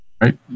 Right